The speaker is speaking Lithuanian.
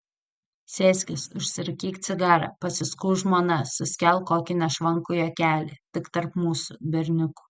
sėskis užsirūkyk cigarą pasiskųsk žmona suskelk kokį nešvankų juokelį tik tarp mūsų berniukų